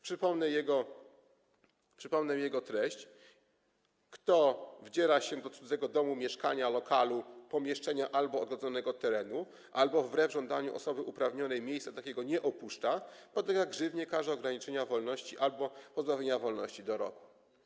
Przypomnę jego treść: Kto wdziera się do cudzego domu, mieszkania, lokalu, pomieszczenia albo ogrodzonego terenu albo wbrew żądaniu osoby uprawnionej miejsca takiego nie opuszcza, podlega grzywnie, karze ograniczenia wolności albo pozbawienia wolności do roku.